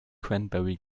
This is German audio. cranberry